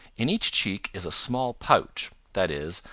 in each cheek is a small pouch, that is,